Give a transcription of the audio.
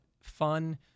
fun